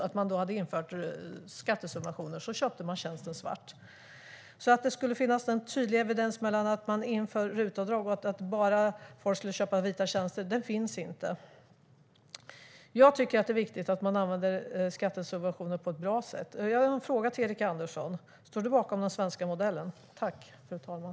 Trots att skattesubventioner hade införts köpte de tjänsten svart. Tydlig evidens för att folk köper enbart vita tjänster bara för att man inför RUT-avdrag finns alltså inte. Jag tycker att det är viktigt att man använder skattesubventioner på ett bra sätt, så jag har en fråga till dig, Erik Andersson: Står du bakom den svenska modellen?